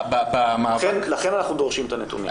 לכן אנחנו דורשים את הנתונים.